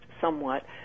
somewhat